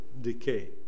decay